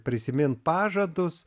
prisimint pažadus